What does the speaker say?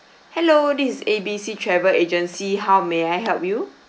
hello this is A B C travel agency how may I help you